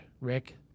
Rick